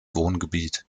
wohngebiet